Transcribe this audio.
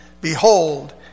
Behold